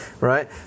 right